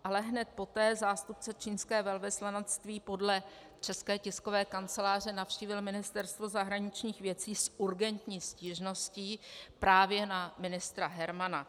Ale hned poté zástupce čínského velvyslanectví podle České tiskové kanceláře navštívil Ministerstvo zahraničních věcí s urgentní stížností právě na ministra Hermana.